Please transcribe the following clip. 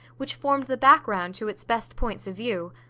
which formed the background to its best points of view.